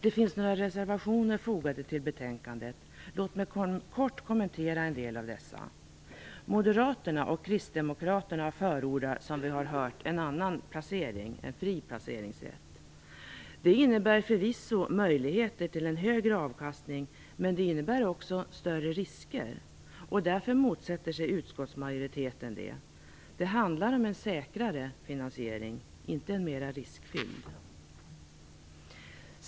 Det finns några reservationer fogade till betänkandet. Låt mig kort kommentera en del av dessa. Moderaterna och kristdemokraterna förordar som vi har hört en annan placering - en fri placeringsrätt. Det innebär förvisso möjligheter till en högre avkastning, men det innebär också större risker. Därför motsätter sig utskottsmajoriteten det. Det handlar om en säkrare finansiering - inte om en mera riskfylld.